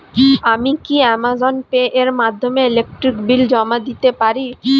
আমি কি Amazon pay এর মাধ্যমে ইলেকট্রিক বিল জমা দিতে পারি?